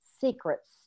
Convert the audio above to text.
secrets